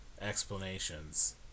explanations